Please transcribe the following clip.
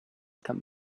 come